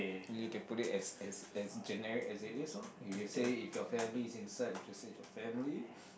you can put it as as as generic as it is lor if you say if your family was inside would you save your family